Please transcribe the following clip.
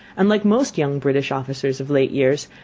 and like most young british officers of late years,